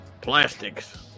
plastics